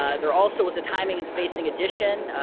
ah there also was a timing and spacing addition,